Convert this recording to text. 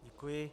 Děkuji.